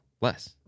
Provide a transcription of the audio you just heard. Less